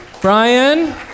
Brian